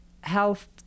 health